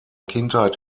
kindheit